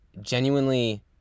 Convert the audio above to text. genuinely